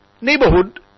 neighborhood